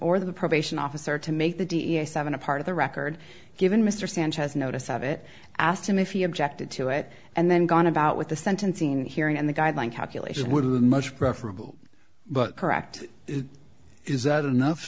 or the probation officer to make the da seven a part of the record given mr sanchez notice of it asked him if he objected to it and then gone about with the sentencing hearing and the guideline calculations would have that much preferable but correct it is that enough